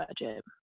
budget